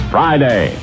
Friday